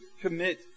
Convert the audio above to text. commit